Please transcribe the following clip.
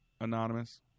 Anonymous